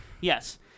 Yes